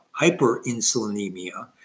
hyperinsulinemia